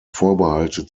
vorbehalte